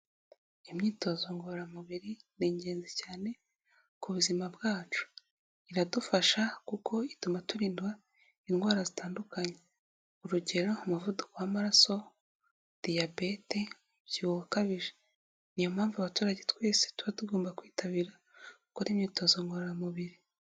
Imyitozo ngororamubiri ni ingenzi cyane ku buzima bwacu, iradufasha kuko ituma turindwa indwara zitandukanye, urugero: umuvuduko w'amaraso, diyabete, umubyibuho ukabije, ni iyo mpamvu abaturage twese tuba tugomba kwitabira gukora imyitozo ngororamubiri.